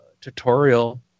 tutorial